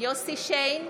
יוסף שיין,